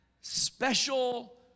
special